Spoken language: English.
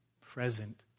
present